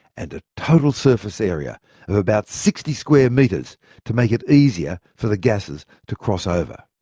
and a total surface area of about sixty square metres to make it easier for the gases to cross ah over.